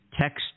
text